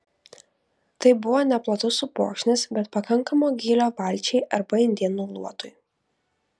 tai buvo neplatus upokšnis bet pakankamo gylio valčiai arba indėnų luotui